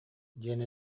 диэн